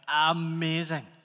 amazing